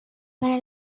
para